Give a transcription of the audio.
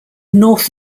north